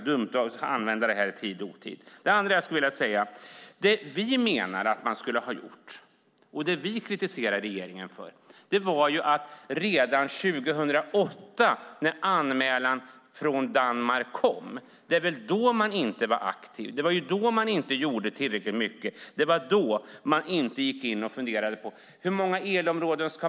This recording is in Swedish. Det andra jag skulle vilja säga är följande: Det vi menar att man skulle ha gjort och det vi kritiserar regeringen för är att man 2008 då anmälan från Danmark kom inte var aktiv. Det var då man inte gjorde tillräckligt mycket, och det var då man inte funderade på antalet elområden.